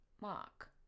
mark